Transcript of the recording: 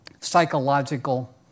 psychological